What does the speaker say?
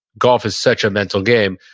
golf is such a mental game,